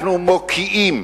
אנחנו מוקיעים